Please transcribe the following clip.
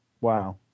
Wow